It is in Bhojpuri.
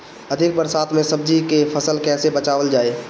अधिक बरसात में सब्जी के फसल कैसे बचावल जाय?